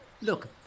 Look